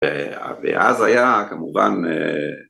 ואז היה כמובן